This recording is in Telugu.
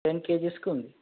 టెన్ కెజీస్కి ఉంది